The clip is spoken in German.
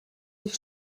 sich